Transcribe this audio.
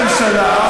אתם תהיו בממשלה?